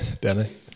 Danny